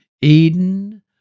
Eden